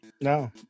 No